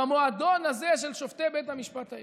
במועדון הזה של שופטי בית המשפט העליון.